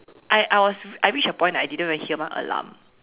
I I was I reached a point that I didn't hear my alarm